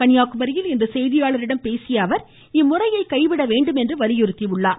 கன்னியாகுமரியில் இன்று செய்தியாளர்களிடம் பேசிய அவர்இம்முறையை கைவிட வேண்டும் என்றும் வலியுறுத்தியுள்ளார்